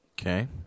okay